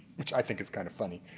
which i think is kind of funny.